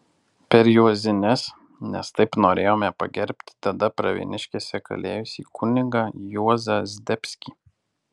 per juozines nes taip norėjome pagerbti tada pravieniškėse kalėjusi kunigą juozą zdebskį